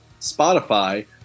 Spotify